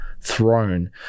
throne